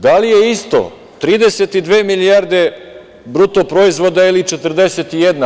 Da li je isto 32 milijarde bruto proizvoda ili 41?